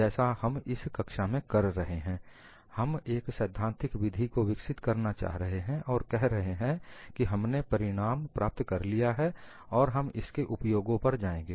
जैसा हम इस कक्षा में कर रहे हैं हम एक सैद्धांतिक विधि को विकसित करना चाह रहे हैं और कह रहे हैं कि हमने परिणाम प्राप्त कर लिया है और हम इसके उपयोगों पर जाएंगे